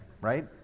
right